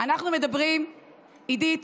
אנחנו מדברים, עידית,